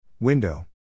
Window